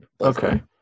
Okay